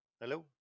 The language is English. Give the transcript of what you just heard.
Hello